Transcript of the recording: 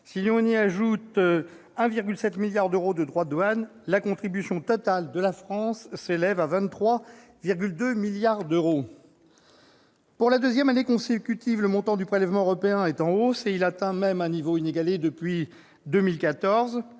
Si l'on y ajoute 1,7 milliard d'euros de droits de douane, la contribution totale de la France s'élève à 23,2 milliards d'euros. Pour la seconde année consécutive, le montant du prélèvement européen est en hausse. Il atteint même un niveau inégalé depuis 2014.